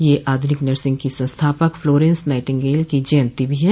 यह आधुनिक नर्सिंग की संस्थापक फलोरेंस नाइटिंगल की जयंती भी है